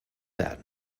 that